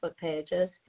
pages